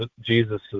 Jesus